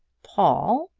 paul,